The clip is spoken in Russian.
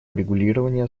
урегулирования